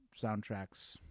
soundtracks